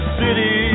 city